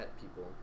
people